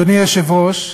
אדוני היושב-ראש,